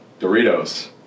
Doritos